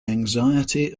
anxiety